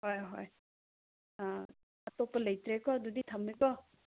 ꯍꯣꯏ ꯍꯣꯏ ꯑꯇꯣꯞꯄ ꯂꯩꯇ꯭ꯔꯦꯀꯣ ꯑꯗꯨꯗꯤ ꯊꯝꯃꯦꯀꯣ